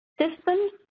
Systems